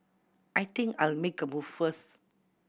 I think I'll make a move first